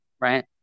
right